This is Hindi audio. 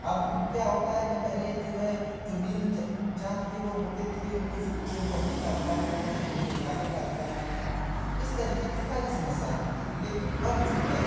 अब क्या होता है कि पहले जो है जो निम्न जाती के लोग होते थे उनको स्कूल में पढ़ने का अधिकार नहीं था मंदिर में जाने का अधिकार नहीं था इस तरीके कि सारी समस्याएँ होती थी लेकिन अब जो है